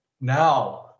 now